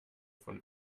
von